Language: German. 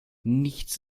nichts